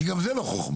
כי גם זו לא חוכמה.